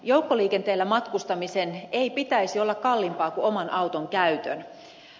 joukkoliikenteellä matkustamisen ei pitäisi olla kalliimpaa kuin oman auton käytön